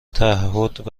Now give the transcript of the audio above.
تعهد